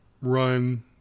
run